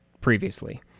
previously